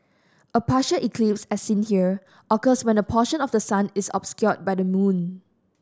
a partial eclipse as seen here occurs when a portion of the sun is obscured by the moon